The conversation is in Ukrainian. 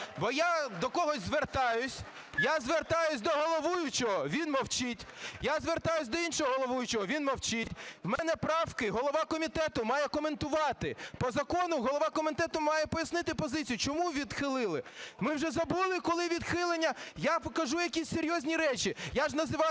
Бо я до когось звертаюсь, я звертаюсь до головуючого - він мовчить, я звертаюсь до іншого головуючого - він мовчить. В мене правки – голова комітету має коментувати. По закону голова комітету має пояснити позицію, чому відхилили. Ми вже забули, коли відхилення… Я кажу якісь серйозні речі,